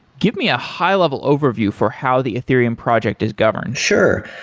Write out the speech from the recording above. give me a high-level overview for how the ethereum project is governed. sure.